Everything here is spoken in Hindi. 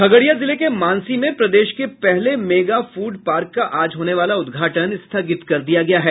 खगड़िया जिले के मानसी में प्रदेश के पहले मेगा फूड पार्क का आज होने वाला उद्घाटन स्थगित कर दिया गया है